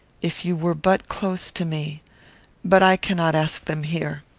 if you were but close to me but i cannot ask them here.